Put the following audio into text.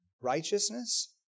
righteousness